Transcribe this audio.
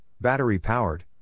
battery-powered